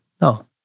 No